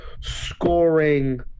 scoring